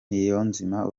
niyonzima